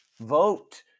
Vote